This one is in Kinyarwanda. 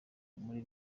muri